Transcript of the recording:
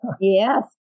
Yes